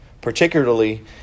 particularly